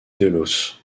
delos